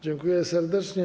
Dziękuję serdecznie.